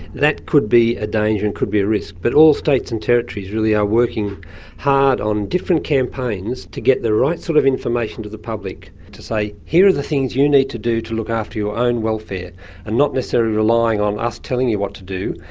that could be a danger and could be a risk, but all states and territories really are working hard on different campaigns to get the right sort of information to the public, to say here are the you need to do to look after your own welfare and not necessarily relying on us telling you what to do.